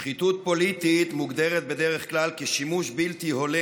שחיתות פוליטית מוגדרת בדרך כלל כשימוש בלתי הולם